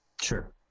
Sure